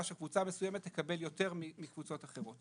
שקבוצה מסוימת תקבל יותר מקבוצות אחרות.